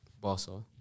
Barcelona